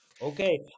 Okay